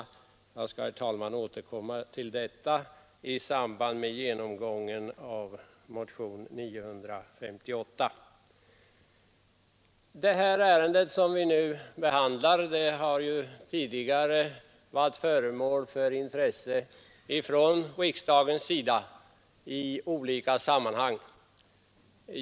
Jag skall, herr talman, återkomma härtill i samband med genomgången av motionen 958. Det ärende som vi nu behandlar har tidigare varit föremål för riksdagens intresse i olika sammanhang.